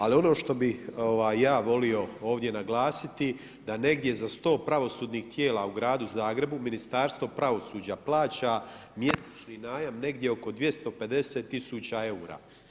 Ali, ono što bi ja volio ovdje naglasiti, da negdje za 100 pravosudnih tijela u Gradu Zagrebu, Ministarstvo pravosuđa plaća mjesečni najam negdje oko 50000 eura.